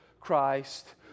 Christ